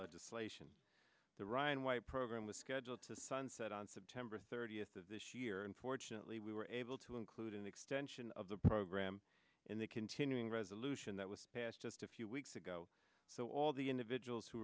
legislation the ryan white program was scheduled to sunset on september thirtieth of this year and fortunately we were able to include an extension of the program in the continuing resolution that was passed just a few weeks ago so all the individuals who